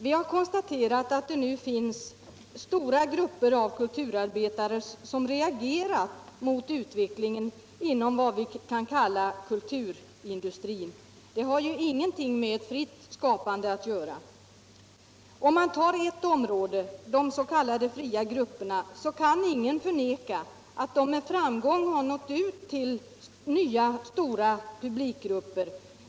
Vi har konstaterat att det nu finns stora grupper av kulturarbetare som reagerat mot utvecklingen inom vad vi kan kalla kulturindustrin. Det har ju ingenting med fritt skapande att göra. Ingen kan förneka att de s.k. fri grupperna med framgång har nått ut till nya, stora publikgrupper.